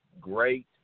great